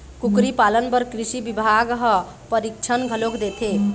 कुकरी पालन बर कृषि बिभाग ह परसिक्छन घलोक देथे